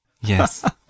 Yes